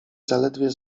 zaledwie